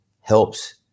helps